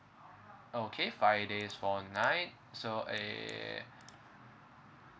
okay five days four night so uh